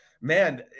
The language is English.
man